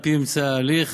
על פי ממצאי ההליך,